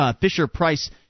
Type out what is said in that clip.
Fisher-Price